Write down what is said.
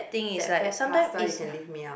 that bad pasta you can leave me out